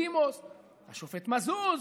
השופט מזוז,